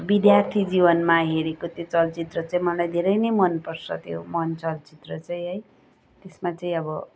विद्यार्थी जीवनमा हेरेको त्यो चलचित्र चाहिँ मलाई धेरै मनपर्छ त्यो मन चलचित्र चाहिँ है त्यसमा चाहिँ अब